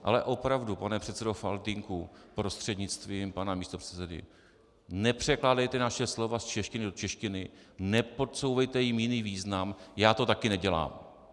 Ale opravdu, pane předsedo Faltýnku prostřednictvím pana místopředsedy, nepřekládejte naše slova z češtiny do češtiny, nepodsouvejte jim jiný význam, já to také nedělám.